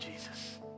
Jesus